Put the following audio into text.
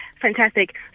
Fantastic